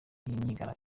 yabaho